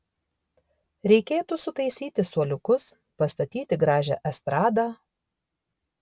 reikėtų sutaisyti suoliukus pastatyti gražią estradą